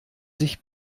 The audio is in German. sich